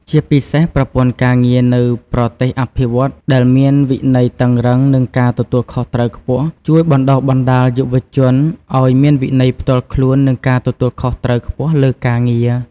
ជាពិសេស ប្រព័ន្ធការងារនៅប្រទេសអភិវឌ្ឍន៍ដែលមានវិន័យតឹងរ៉ឹង និងការទទួលខុសត្រូវខ្ពស់ ជួយបណ្ដុះបណ្ដាលយុវជនឱ្យមានវិន័យផ្ទាល់ខ្លួន និងការទទួលខុសត្រូវខ្ពស់លើការងារ។